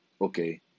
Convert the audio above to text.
okay